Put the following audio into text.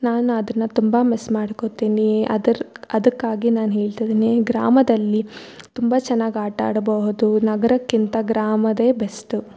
ನಾನು ಅದನ್ನು ತುಂಬ ಮಿಸ್ ಮಾಡ್ಕೊತೀನಿ ಅದ್ರ ಅದಕ್ಕಾಗಿ ನಾನು ಹೇಳ್ತಿದಿನಿ ಗ್ರಾಮದಲ್ಲಿ ತುಂಬ ಚೆನ್ನಾಗ್ ಆಟ ಆಡಬಹುದು ನಗರಕ್ಕಿಂತ ಗ್ರಾಮದೇ ಬೆಸ್ಟು